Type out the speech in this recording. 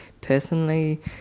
personally